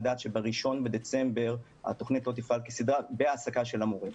הדעת שב-1 בדצמבר התוכנית לא תפעל כסדרה בהעסקה של המורים.